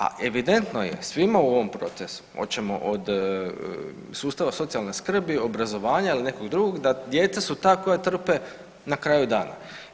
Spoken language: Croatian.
A evidentno je svima u ovom procesu hoćemo od sustava socijalne skrbi, obrazovanja ili nekog drugog da djeca su ta koja trpe na kraju dana.